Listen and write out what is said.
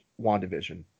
WandaVision